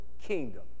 kingdom